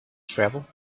travel